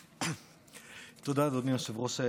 תודה, אדוני היושב-ראש,